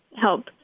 help